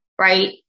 right